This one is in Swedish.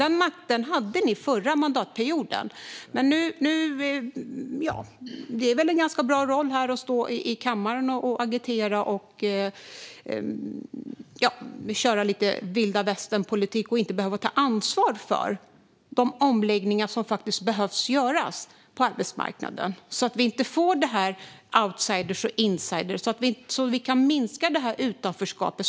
Den makten hade ni förra mandatperioden. Men det är väl ganska bra att kunna stå här i kammaren och agitera och köra lite vilda-västern-politik utan att behöva ta ansvar för de omläggningar som behöver göras på arbetsmarknaden så att vi inte får outsiders och insiders utan kan minska utanförskapet.